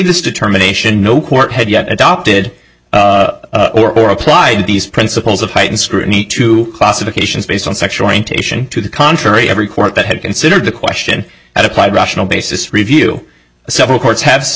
this determination no court had yet adopted or applied these principles of heightened scrutiny to classifications based on sexual orientation to the contrary every court that had considered the question and applied rational basis review several courts have